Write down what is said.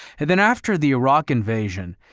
and then, after the iraq invasion,